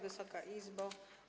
Wysoka Izbo!